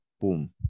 Boom